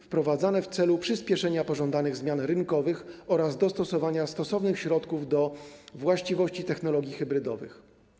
Wprowadzane są w celu przyspieszenia pożądanych zmian rynkowych oraz dostosowania stosownych środków do właściwości technologii hybrydowych.